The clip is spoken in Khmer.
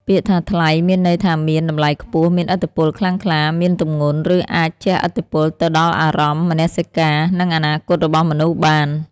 ពាក្យថា "ថ្លៃ" មានន័យថាមាន តម្លៃខ្ពស់ មានឥទ្ធិពលខ្លាំងក្លា មាន ទម្ងន់ ឬអាចជះឥទ្ធិពលទៅដល់អារម្មណ៍ មនសិការ និងអនាគតរបស់មនុស្សបាន។